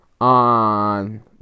on